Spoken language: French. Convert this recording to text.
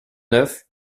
neuf